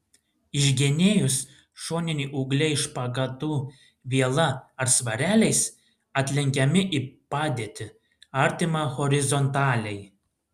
išgenėjus šoniniai ūgliai špagatu viela ar svareliais atlenkiami į padėtį artimą horizontaliai